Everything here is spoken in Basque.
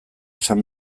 esan